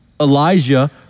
Elijah